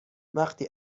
وقتی